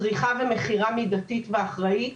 צריכה ומכירה מידתית ואחראית,